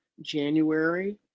January